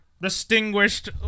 distinguished